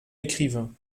écrivain